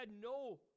no